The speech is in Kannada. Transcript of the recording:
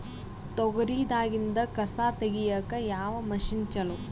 ತೊಗರಿ ದಾಗಿಂದ ಕಸಾ ತಗಿಯಕ ಯಾವ ಮಷಿನ್ ಚಲೋ?